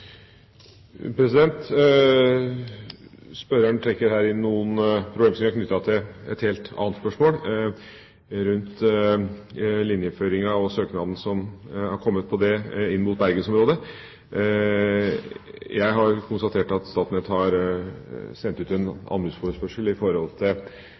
Spørreren trekker her inn noen problemstillinger knyttet til et helt annet spørsmål, rundt linjeføringa og søknaden som er kommet om det, inn mot Bergensområdet. Jeg har konstatert at Statnett har sendt ut